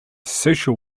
social